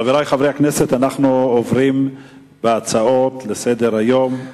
חברי חברי הכנסת, אנחנו עוברים להצעת חוק